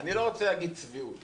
אני לא רוצה להגיד צביעות